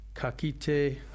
Kakite